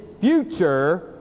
future